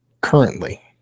currently